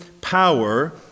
power